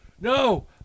No